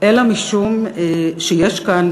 אלא משום שיש כאן,